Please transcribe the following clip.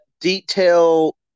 detail